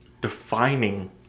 defining